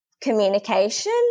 communication